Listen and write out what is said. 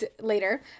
later